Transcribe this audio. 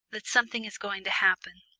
that something is going to happen.